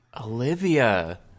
Olivia